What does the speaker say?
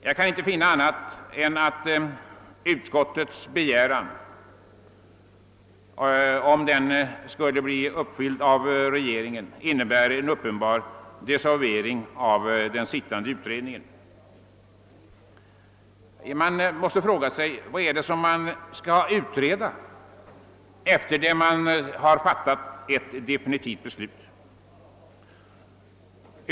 Jag kan inte finna annat än att utskottsmajoritetens begäran — om den skulle bli uppfylld av regeringen — innebär en uppenbar desavouering av den sittande utredningen. Man måste fråga sig vad det är som skall utredas efter det att ett definitivt beslut har fattats.